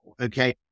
Okay